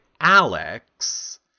Alex